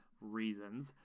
reasons